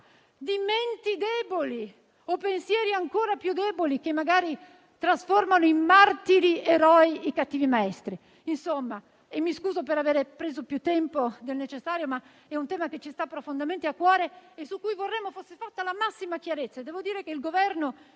di menti deboli o di pensieri ancora più deboli, che magari trasformano in martiri-eroi i cattivi maestri. Mi scuso per avere preso più tempo del previsto, ma è un tema che ci sta profondamente a cuore e su cui vorremmo fosse fatta la massima chiarezza. Devo dire che il Governo